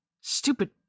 Stupid